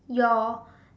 your